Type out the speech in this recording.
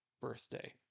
birthday